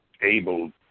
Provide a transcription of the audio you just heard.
Able